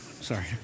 sorry